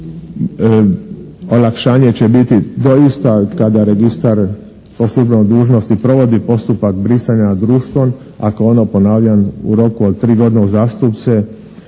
olakšanje će biti doista kada registar po službenoj dužnosti provodi postupak brisanja društva ako ono, ponavljam, u roku od 3 godine uzastopce